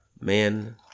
Man